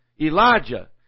Elijah